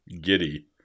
giddy